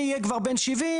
אני אהיה כבר בין שבעים,